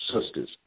sisters